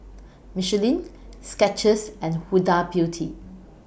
Michelin Skechers and Huda Beauty